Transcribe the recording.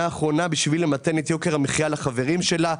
האחרונה בשביל למתן את יוקר המחיה לחברים שלה,